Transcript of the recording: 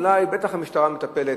בטח המשטרה מטפלת,